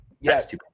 Yes